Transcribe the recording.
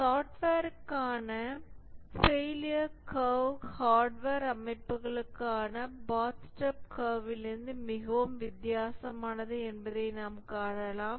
சாப்ட்வேர்க்கான failure curve hardware அமைப்புகளுக்கான bathtub கர்விலிருந்து மிகவும் வித்தியாசமானது என்பதை நாம் காணலாம்